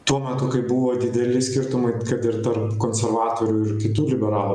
tuo metu kai buvo dideli skirtumai kad ir tarp konservatorių ir kitų liberalų